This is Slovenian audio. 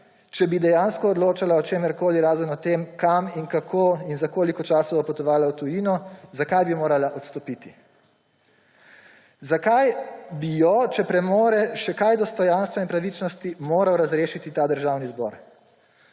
če bi dejansko odločala o čemerkoli, razen o tem, kam in kako in za koliko časa bo potovala v tujino, morala odstopiti, zakaj bi jo, če premore še kaj dostojanstva in pravičnosti, moral razrešiti ta državni zbor.